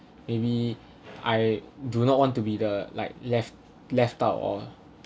maybe I do not want to be the like left left out or